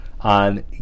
on